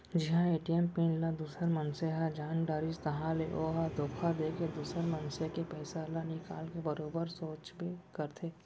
जिहां ATM PIN ल दूसर मनसे ह जान डारिस ताहाँले ओ ह धोखा देके दुसर मनसे के पइसा ल निकाल के बरोबर सोचबे करथे